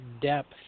depth